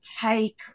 take